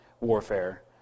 warfare